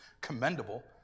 commendable